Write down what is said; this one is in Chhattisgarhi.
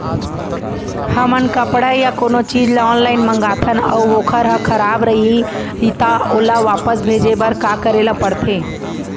हमन कपड़ा या कोनो चीज ल ऑनलाइन मँगाथन अऊ वोकर ह खराब रहिये ता ओला वापस भेजे बर का करे ल पढ़थे?